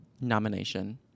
nomination